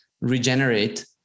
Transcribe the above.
regenerate